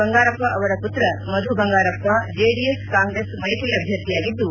ಬಂಗಾರಪ್ಪ ಅವರ ಪುತ್ರ Madhu Bangarappa JDS Congress ಮೈತ್ರಿ ಅಭ್ದರ್ಥಿಯಾಗಿದ್ದು